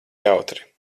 jautri